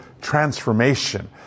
transformation